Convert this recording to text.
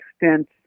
extent